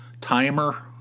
timer